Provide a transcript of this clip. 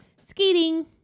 Skating